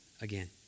again